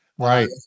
Right